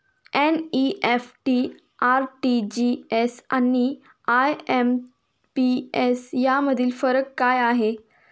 NEFT, RTGS आणि IMPS यामधील फरक काय आहे?